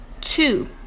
two